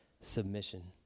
submission